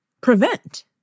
prevent